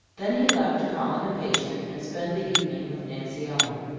then he left to call on a patient and spend the evening with nancy ellen.